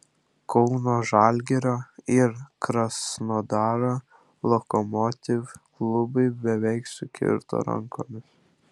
kauno žalgirio ir krasnodaro lokomotiv klubai beveik sukirto rankomis